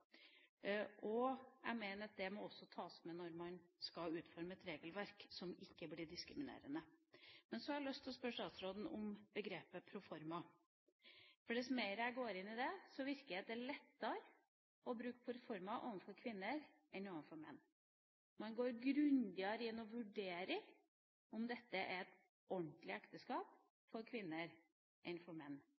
Jeg mener at det også må tas med når man skal utforme et regelverk som ikke skal være diskriminerende. Så har jeg lyst til å spørre statsråden om begrepet «proforma». Dess mer jeg går inn i det, virker det som det er lettere å bruke «proforma» overfor kvinner enn overfor menn. Man går grundigere inn og vurderer om dette er et ordentlig ekteskap når det gjelder kvinner, enn når det gjelder menn.